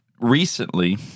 Recently